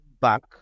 back